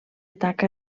taca